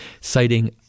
citing